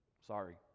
sorry